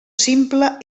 simple